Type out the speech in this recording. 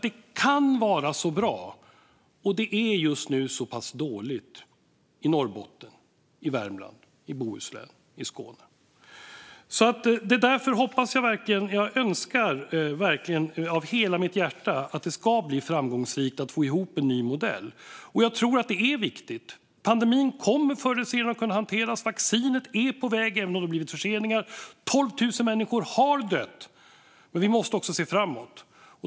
Det kan ju vara så bra, men just nu är det så dåligt i Norrbotten, Värmland, Bohuslän och Skåne. Jag önskar verkligen av hela mitt hjärta att vi är framgångsrika och får ihop en ny modell. Det är viktigt. Pandemin kommer förr eller senare att kunna hanteras. Vaccin är på väg, även om det blivit förseningar. 12 000 människor har visserligen dött, men vi måste också se framåt.